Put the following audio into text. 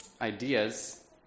ideas